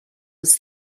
was